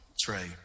Trey